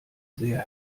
sehr